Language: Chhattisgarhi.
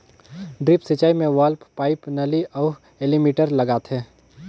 ड्रिप सिंचई मे वाल्व, पाइप, नली अउ एलीमिटर लगाथें